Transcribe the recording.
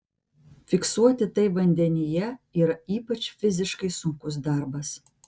fiksuoti tai vandenyje yra ypač fiziškai sunkus darbas